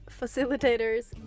facilitators